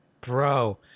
bro